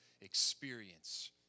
Experience